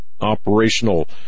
operational